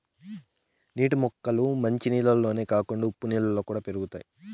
నీటి మొక్కలు మంచి నీళ్ళల్లోనే కాకుండా ఉప్పు నీళ్ళలో కూడా పెరుగుతాయి